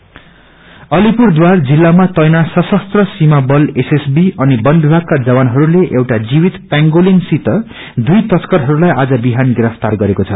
pangolin Alipurduar जिल्लामा तैनाथ सशस्त्र सिमा बल अनि वन विभागका जवानहरूले एउटा जीवित पेंगोलिन सित दुई तस्करहरूलाई आज बिहान गिरफ्तार गरेको छ